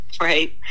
right